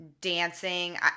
dancing